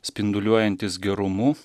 spinduliuojantis gerumu